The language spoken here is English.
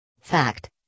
Fact